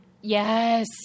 Yes